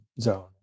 zone